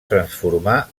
transformar